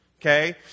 okay